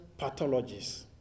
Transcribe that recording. pathologies